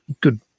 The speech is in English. good